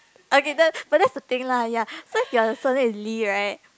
okay that but that's the thing lah ya so if your surname is lee right